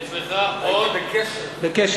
יש לך עוד, הייתי בקשב.